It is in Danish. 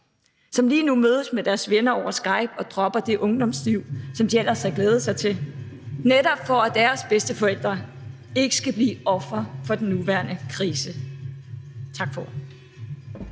som lige nu mødes med deres venner over Skype og dropper det ungdomsliv, som de ellers havde glædet sig til – det har de gjort, netop for at deres bedsteforældre ikke skal blive ofre for den nuværende krise. Tak for